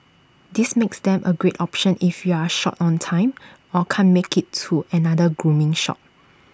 this makes them A great option if you're short on time or can't make IT to another grooming shop